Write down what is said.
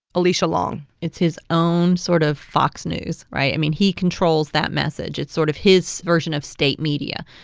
alecia long it's his own sort of fox news, right? i mean, he controls that message. it's sort of his version of state media,